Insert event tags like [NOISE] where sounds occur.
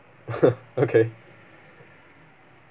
[LAUGHS] okay